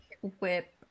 Whip